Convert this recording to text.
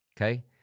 Okay